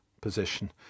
position